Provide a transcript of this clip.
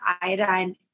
iodine